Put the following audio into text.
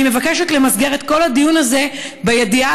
אני מבקשת למסגר את כל הדיון הזה בידיעה